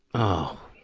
oh,